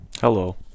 Hello